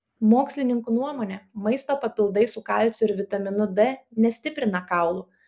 mokslininkų nuomone maisto papildai su kalciu ir vitaminu d nestiprina kaulų